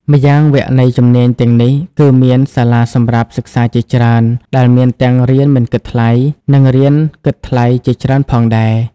ម្យ៉ាងវគ្គនៃជំនាញទាំងនេះគឺមាន សាលាសម្រាប់សិក្សាជាច្រើន ដែលមានទាំងរៀនមិនគិតថ្លៃ និងរៀនគិតថ្លៃជាច្រើនផងដែរ។